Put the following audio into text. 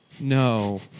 no